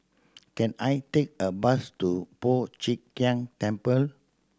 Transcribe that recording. can I take a bus to Po Chiak Keng Temple